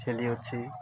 ଛେଳି ଅଛି